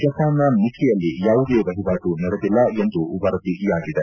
ಜಪಾನ್ನ ನಿಖಿಯಲ್ಲಿ ಯಾವುದೇ ವಹಿವಾಟು ನಡೆದಿಲ್ಲ ಎಂದು ವರದಿಯಾಗಿದೆ